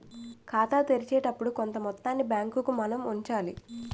ఖాతా తెరిచేటప్పుడు కొంత మొత్తాన్ని బ్యాంకుకు మనం ఉంచాలి